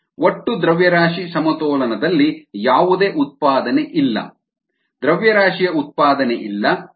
ri rorg rcddt ಒಟ್ಟು ದ್ರವ್ಯರಾಶಿ ಸಮತೋಲನದಲ್ಲಿ ಯಾವುದೇ ಉತ್ಪಾದನೆ ಇಲ್ಲ ದ್ರವ್ಯರಾಶಿಯ ಉತ್ಪಾದನೆ ಇಲ್ಲ ಬಳಕೆ ಇಲ್ಲ